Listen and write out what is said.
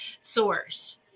Source